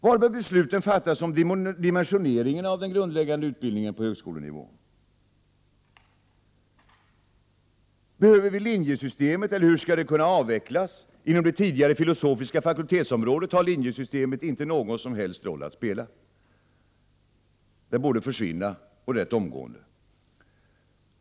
Var bör besluten fattas om dimensioneringen av den grundläggande utbildningen på högskolenivå? Behöver vi linjesystemet eller hur skall det kunna avvecklas? Inom det tidigare filosofiska fakultetsområdet har linjesystemet inte någon som helst roll att spela. Det borde försvinna rätt omgående.